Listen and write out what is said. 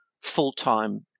full-time